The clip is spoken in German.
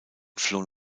floh